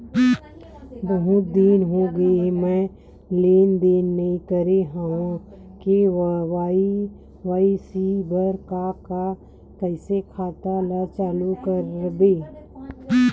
बहुत दिन हो गए मैं लेनदेन नई करे हाव के.वाई.सी बर का का कइसे खाता ला चालू करेबर?